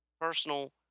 Personal